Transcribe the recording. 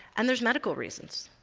and there's medical reasons.